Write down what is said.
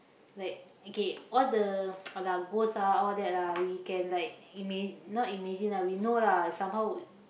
like okay all the !alah! ghost ah all that lah we can like ima~ not imagine lah we know lah somehow